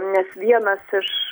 nes vienas iš